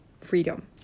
freedom